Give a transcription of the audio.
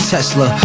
Tesla